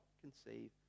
conceive